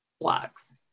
blocks